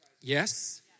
Yes